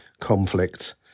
conflict